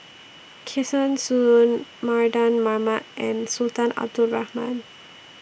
Kesavan Soon Mardan Mamat and Sultan Abdul Rahman